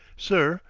sir,